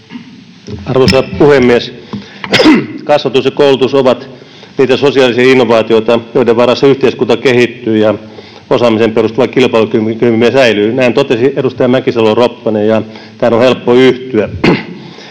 Arvoisa puhemies! Kasvatus ja koulutus ovat niitä sosiaalisia innovaatioita, joiden varassa yhteiskunta kehittyy ja osaamiseen perustuva kilpailukykymme säilyy. Näin totesi edustaja Mäkisalo-Ropponen, ja tähän on helppo yhtyä.